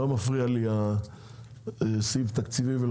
לא מפריע לי סעיף תקציבי.